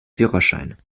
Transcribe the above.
führerschein